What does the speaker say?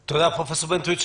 תודה, פרופ' בנטואיץ'.